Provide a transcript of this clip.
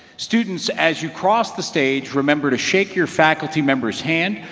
students, as you cross the stage, remember to shake your faculty member's hand,